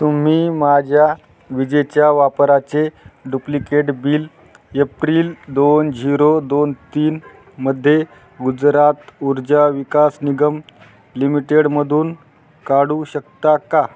तुम्ही माझ्या विजेच्या वापराचे डुप्लिकेट बिल एप्रिल दोन झिरो दोन तीन मध्ये गुजरात ऊर्जा विकास निगम लिमिटेडमधून काढू शकता का